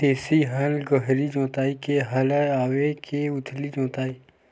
देशी हल गहरी जोताई के हल आवे के उथली जोताई के?